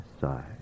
side